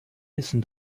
wissen